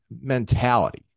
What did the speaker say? mentality